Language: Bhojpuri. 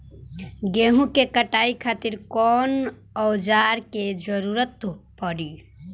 गेहूं के कटाई खातिर कौन औजार के जरूरत परी?